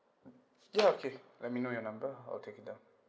ya okay let me know your number I'll take it down